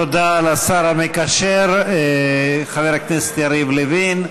תודה לשר המקשר, חבר הכנסת יריב לוין.